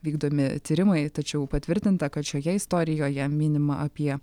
vykdomi tyrimai tačiau patvirtinta kad šioje istorijoje minima apie